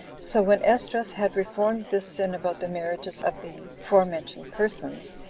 so when esdras had reformed this sin about the marriages of the forementioned persons,